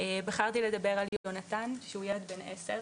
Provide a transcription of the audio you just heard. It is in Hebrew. בחרתי לדבר על יונתן שהוא ילד בן עשר,